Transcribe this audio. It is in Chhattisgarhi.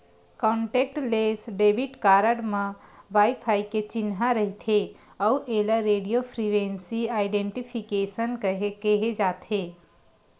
कांटेक्टलेस डेबिट कारड म वाईफाई के चिन्हा रहिथे अउ एला रेडियो फ्रिवेंसी आइडेंटिफिकेसन केहे जाथे